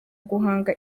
guhanga